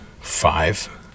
Five